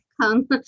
come